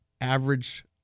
Average